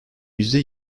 yüzde